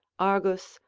argus,